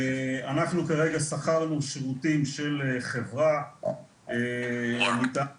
אנחנו כרגע שכרנו שירותים של חברה שאחראית על